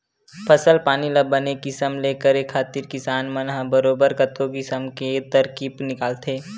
फसल पानी ल बने किसम ले करे खातिर किसान मन ह बरोबर कतको किसम के तरकीब निकालथे